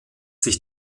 sich